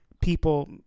people